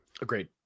agreed